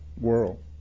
world